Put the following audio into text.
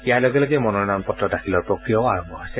ইয়াৰ লগে লগে মনোনয়ন পত্ৰ দাখিলৰ প্ৰক্ৰিয়াও আৰম্ভ হৈছে